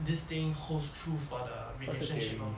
this thing holds true for the relationship lor